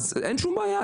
אז אין שום בעיה.